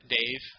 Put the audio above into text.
Dave